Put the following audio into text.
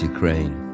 Ukraine